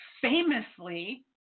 famously